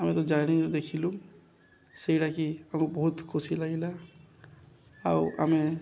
ଆମେ ତ ଦେଖିଲୁ ସେଇଟାକି ଆମକୁ ବହୁତ ଖୁସି ଲାଗିଲା ଆଉ ଆମେ